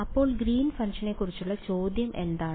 അപ്പോൾ ഗ്രീൻസ് ഫംഗ്ഷനുകളെക്കുറിച്ചുള്ള ചോദ്യം എന്താണ്